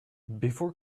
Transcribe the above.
before